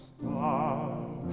star